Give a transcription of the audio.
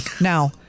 Now-